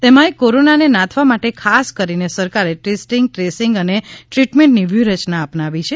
તેમાય કોરોનાને નાથવા માટે ખાસ કરીને સરકારે ટેસ્ટીંગ ટ્રેસિંગ અને ટ્રીટમેન્ટની વ્યુહ રચના અપનાવી છે